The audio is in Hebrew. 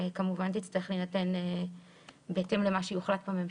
כמובן צריכה להינתן בהתאם למה שיוחלט בממשלה.